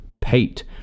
pate